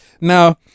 Now